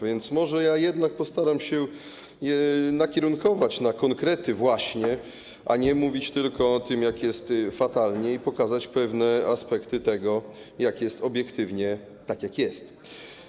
Więc może ja jednak postaram się nakierunkować na konkrety właśnie, a nie mówić tylko o tym, jak jest fatalnie, i pokazać pewne aspekty tego, jak jest, obiektywnie, tak jak jest.